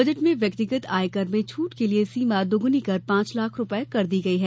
budget में व्यक्तिगत आय कर में छूट के लिए सीमा दोगुनी कर पांच लाख रूपये कर दी गयी है